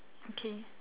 okay